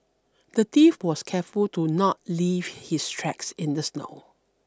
the thief was careful to not leave his tracks in the snow